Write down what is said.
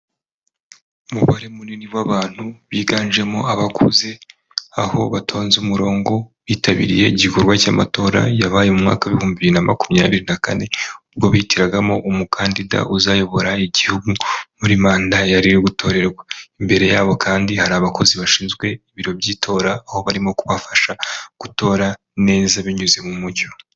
Umubare munini w'abantu biganjemo abakuze aho batonze umurongo bitabiriye igikorwa cy'amatora yabaye mu mwaka w'ibihumbi bibiri na makumyabiri na kane, ubwo bihitiragamo umukandida uzayobora igihugu muri manda yari iri gutorerwa. Imbere yabo kandi hari abakozi bashinzwe ibiro by'itora aho barimo kubafasha gutora neza binyuze mu mucyo.